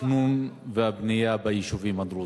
התכנון והבנייה ביישובים הדרוזיים.